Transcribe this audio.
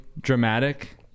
dramatic